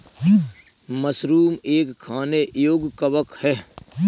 mushroom एक खाने योग्य कवक है